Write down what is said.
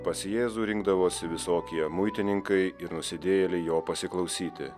pas jėzų rinkdavosi visokie muitininkai ir nusidėjėliai jo pasiklausyti